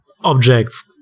objects